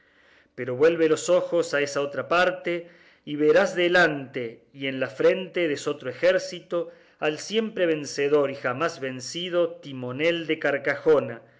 pero vuelve los ojos a estotra parte y verás delante y en la frente destotro ejército al siempre vencedor y jamás vencido timonel de carcajona